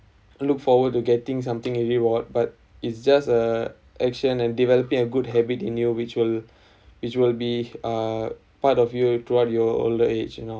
look forward to getting something and reward but it's just a action and developing a good habit in your which will which will be uh part of you throughout your older age and all